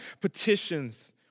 petitions